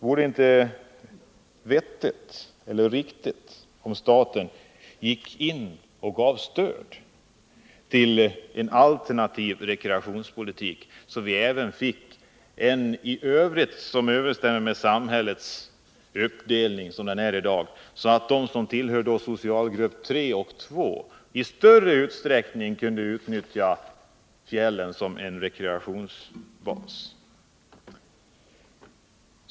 Vore det inte vettigt och riktigt att staten gick in och gav stöd till en alternativ rekreationspolitik, så att även de som tillhör socialgrupp 2 och 3 i större utsträckning kunde utnyttja fjällen som rekreationsbas.